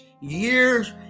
years